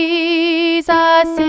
Jesus